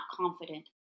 confident